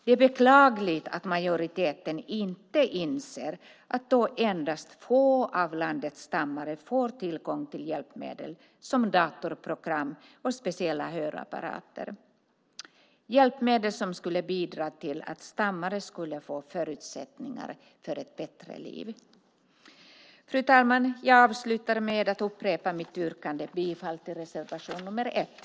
Det är beklagligt att majoriteten inte inser att endast få av landets stammare får tillgång till hjälpmedel som datorprogram och speciella hörapparater, hjälpmedel som skulle bidra till att stammare får förutsättningar för ett bättre liv. Fru talman! Jag avslutar med att upprepa mitt yrkande om bifall till reservation nr 1.